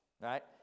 right